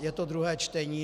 Je to druhé čtení.